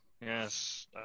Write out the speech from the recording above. Yes